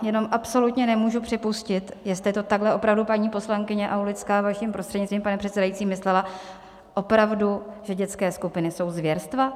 Jenom absolutně nemůžu připustit, že jste to takhle opravdu, paní poslankyně Aulická, vaším prostřednictvím, pane předsedající, myslela opravdu, ty dětské skupiny jsou zvěrstva?